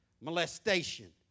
molestation